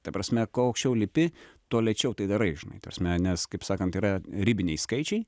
ta prasme kuo aukščiau lipi tuo lėčiau tai darai žinai ta prasme nes kaip sakant yra ribiniai skaičiai